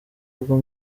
bwo